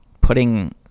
putting